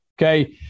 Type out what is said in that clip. Okay